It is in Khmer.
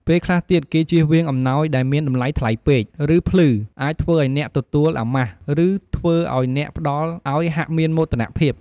ពេលខ្លះទៀតគេជៀសវាងអំណោយដែលមានតម្លៃថ្លៃពេក ឬភ្លឺអាចធ្វើឲ្យអ្នកទទួលអាម៉ាស់ ឬធ្វើឲ្យអ្នកផ្តល់ឲ្យហាក់មានមោទនភាព។